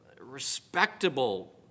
respectable